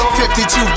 52